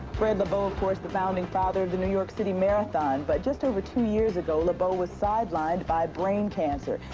fred lebow, of course, the founding father of the new york city marathon. but just over two years ago, lebow was sidelined by brain cancer.